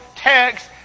text